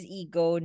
ego